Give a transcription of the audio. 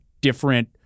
different